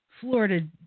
Florida